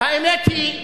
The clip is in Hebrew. האמת היא,